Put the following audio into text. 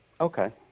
Okay